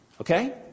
Okay